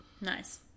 Nice